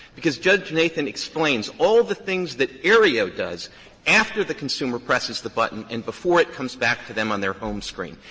because judge nathan explains all of the things that aereo does after the consumer presses the button and before it comes back to them on their home screen.